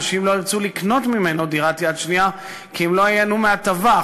אנשים לא ירצו לקנות ממנו דירת יד שנייה כי הם לא ייהנו מההטבה.